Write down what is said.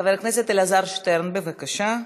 חבר הכנסת אלעזר שטרן, בבקשה.